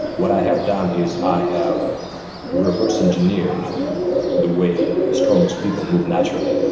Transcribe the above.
what i have done is i have reverse engineered the way the strongest people move naturally,